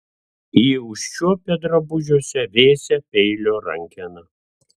ji užčiuopė drabužiuose vėsią peilio rankeną